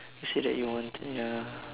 you said that you want to ya